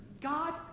God